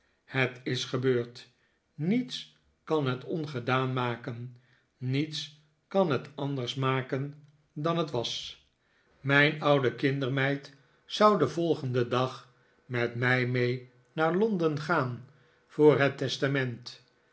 het is gebeurd niets kan het ongedaan maken niets kan het anders maken dan het was mijn oude kindermeid zou den volgenden in de woonschuit dag met mij mee naar londen gaan voor het testament